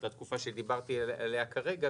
אותה תקופה שדיברתי עליה כרגע,